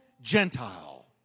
Gentile